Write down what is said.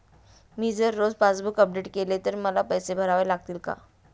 मी जर रोज passbook update केले तर मला पैसे भरावे लागतील का?